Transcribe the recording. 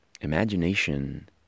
imagination